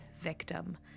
victim